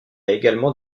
également